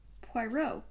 Poirot